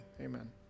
Amen